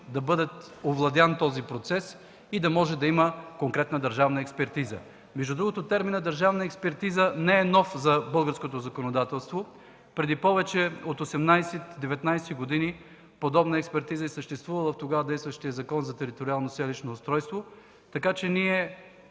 да бъде овладян процесът и да има конкретна държавна експертиза. Между другото, терминът „държавна експертиза“ не е нов за българското законодателство. Преди повече от 18-19 години подобна експертиза е съществувала в тогава действащия Закон за териториално и селищно устройство, така че